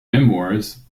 memoirs